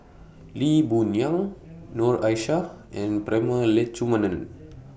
Lee Boon Yang Noor Aishah and Prema Letchumanan